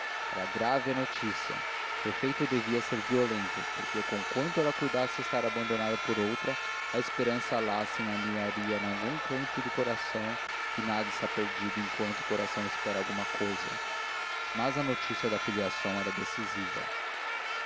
era grave a notícia o efeito devia ser violento porque conquanto ela cuidasse estar abandonada por outra a esperança lá se aninharia nalgum recanto do coração e nada está perdido enquanto o coração espera alguma cousa mas a notícia da filiação era decisiva